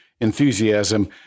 enthusiasm